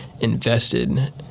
invested